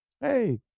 hey